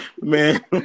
man